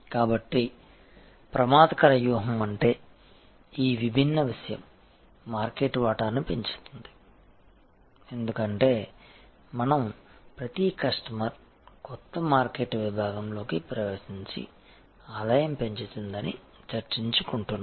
కాబట్టి ప్రమాదకర వ్యూహం అంటే ఈ విభిన్న విషయం మార్కెట్ వాటాను పెంచుతుంది ఎందుకంటే మనం ప్రతి కస్టమర్ కొత్త మార్కెట్ విభాగంలోకి ప్రవేశించి ఆదాయం పెంచుతుందని చర్చించుకుంటున్నాము